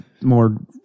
more